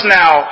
now